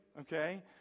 okay